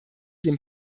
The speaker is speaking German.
dem